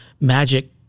magic